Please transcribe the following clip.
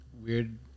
weird